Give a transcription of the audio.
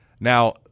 Now